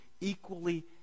equally